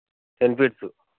ten feets